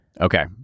Okay